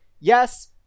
Yes